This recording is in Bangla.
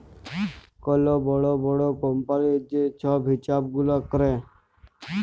কল বড় বড় কম্পালির যে ছব হিছাব গুলা ক্যরে